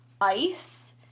ice